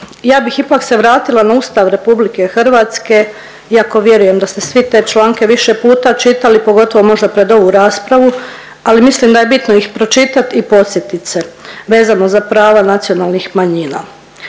Ja bih ipak se vratila na Ustav RH iako vjerujem da ste svi te članke više puta čitali pogotovo možda pred ovu raspravu, ali mislim da je bitno ih pročitat i podsjetit se vezano za prava nacionalnih manjina.